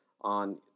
on